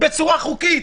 בצורה חוקית,